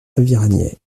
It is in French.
aviragnet